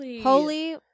holy